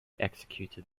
executed